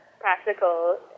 Practical